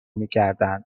میکردن